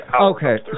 Okay